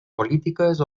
polítiques